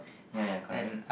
ya ya correct